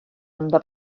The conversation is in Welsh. ynddo